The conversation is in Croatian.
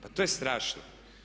Pa to je strašno!